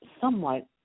somewhat